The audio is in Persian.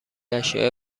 اشیاء